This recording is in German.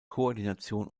koordination